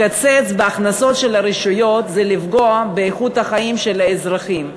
לקצץ בהכנסות של הרשויות זה לפגוע באיכות החיים של האזרחים.